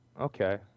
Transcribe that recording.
Okay